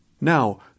Now